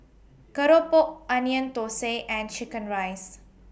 Keropok Onion Thosai and Chicken Rice